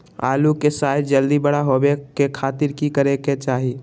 आलू के साइज जल्दी बड़ा होबे के खातिर की करे के चाही?